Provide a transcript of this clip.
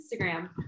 Instagram